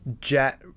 jet